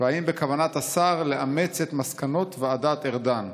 והאם בכוונת השר לאמץ את מסקנות ועדת ארדן?